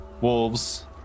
Wolves